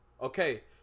Okay